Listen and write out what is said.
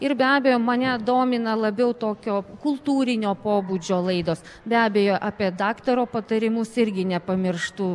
ir be abejo mane domina labiau tokio kultūrinio pobūdžio laidos be abejo apie daktaro patarimus irgi nepamirštu